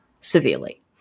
severely